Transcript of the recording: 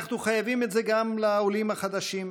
אנחנו חייבים את זה גם לעולים החדשים.